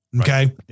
okay